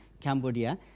Cambodia